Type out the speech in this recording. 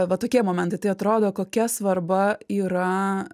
va tokie momentai tai atrodo kokia svarba yra